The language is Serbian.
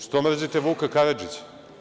Što mrzite Vuka Karadžića?